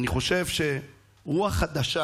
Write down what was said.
כמובן, אני חושב שרוח חדשה